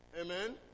Amen